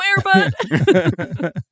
airbud